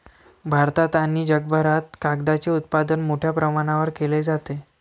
भारतात आणि जगभरात कागदाचे उत्पादन मोठ्या प्रमाणावर केले जाते